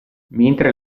mentre